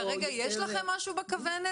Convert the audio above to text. כרגע יש לכם משהו על הכוונת?